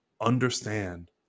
understand